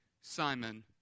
Simon